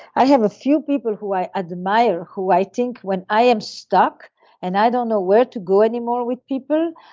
i have a few people who i admire who i think when i am stuck and i don't know where to go anymore with people,